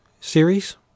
series